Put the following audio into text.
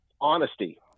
honesty